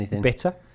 Bitter